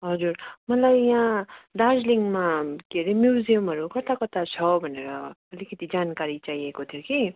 हजुर मलाई यहाँ दार्जिलिङमा के रे म्युजियमहरू कता कता छ भनेर अलिकति जानकारी चाहिएको थियो कि